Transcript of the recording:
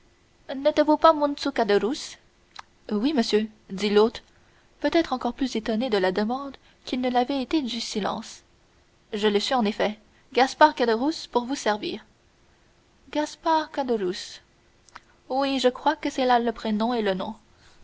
n'êtes-vous pas monsou caderousse oui monsieur dit l'hôte peut-être encore plus étonné de la demande qu'il ne l'avait été du silence je le suis en effet gaspard caderousse pour vous servir gaspard caderousse oui je crois que c'est là le prénom et le nom